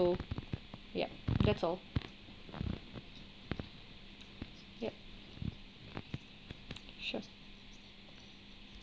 yup that's all yep sure